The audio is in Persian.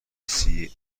cia